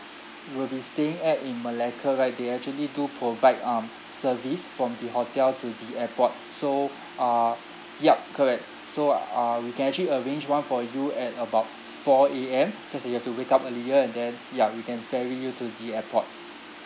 will be staying at in malacca right they actually do provide um service from the hotel to the airport so uh yup correct so uh we can actually arrange one for you at about four A_M cause like you have to wake up earlier and then ya we can ferry you to the airport